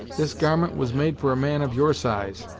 this garment was made for a man of your size,